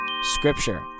Scripture